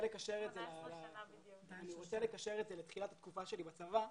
לקשר את זה לתחילת התקופה שלי בצבא.